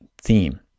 theme